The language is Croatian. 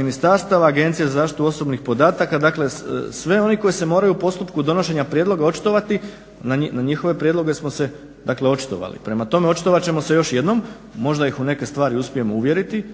ministarstava, Agencije za zaštitu osobnih podataka dakle svi oni koji se moraju o postupku donošenja prijedloga očitovati, na njihove prijedloge smo se očitovali. Prema tome, očitovat ćemo se još jednom, možda ih u neke stvari uspijemo uvjeriti